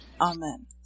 Amen